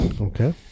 Okay